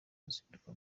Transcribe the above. ruzinduko